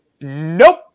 Nope